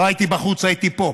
לא הייתי בחוץ, הייתי פה,